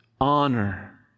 honor